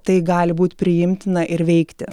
tai gali būt priimtina ir veikti